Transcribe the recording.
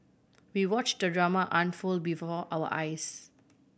we watched the drama unfold before our eyes